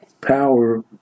power